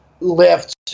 lift